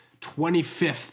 25th